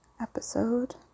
episode